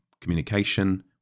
communication